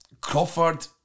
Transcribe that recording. Crawford